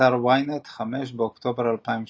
באתר ynet, 5 באוקטובר 2017